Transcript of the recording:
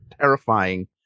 terrifying